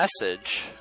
message